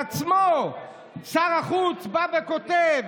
בעצמו שר החוץ בא וכותב